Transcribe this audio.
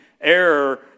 error